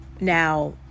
now